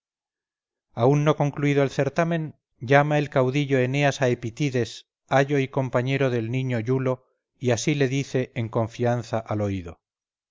aún no concluido el certamen llama el caudillo eneas a epitides ayo y compañero del niño iulo y así le dice en confianza al oído